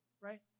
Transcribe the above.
right